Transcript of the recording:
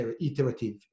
iterative